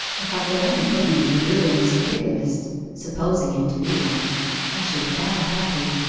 if i could only bring him to ruin as a bigamist supposing him to be one i should die happy.